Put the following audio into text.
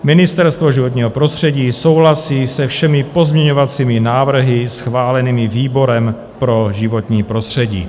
Ministerstvo životního prostředí souhlasí se všemi pozměňovacími návrhy schválenými výborem pro životní prostředí.